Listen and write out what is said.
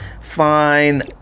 Fine